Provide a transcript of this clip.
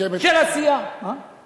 של עשייה, לסכם.